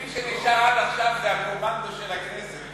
מי שנשאר עד עכשיו זה הקומנדו של הכנסת,